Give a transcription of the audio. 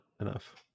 enough